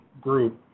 group